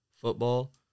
football